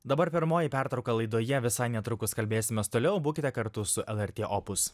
dabar pirmoji pertrauka laidoje visai netrukus kalbėsimės toliau būkite kartu su lrt opus